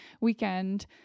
weekend